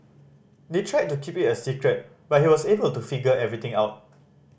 they tried to keep it a secret but he was able to figure everything out